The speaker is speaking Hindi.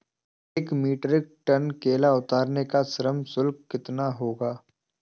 एक मीट्रिक टन केला उतारने का श्रम शुल्क कितना होगा?